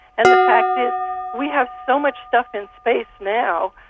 and the fact is we have so much stuff in space now,